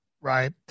right